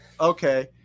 Okay